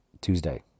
Tuesday